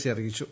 E അറിയിച്ചു